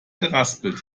geraspelt